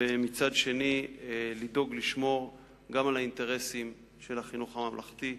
ומצד שני לדאוג לשמור גם על האינטרסים של החינוך הממלכתי.